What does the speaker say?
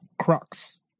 Crocs